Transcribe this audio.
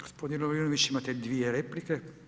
Gospodin Lovrinović, imate dvije replike.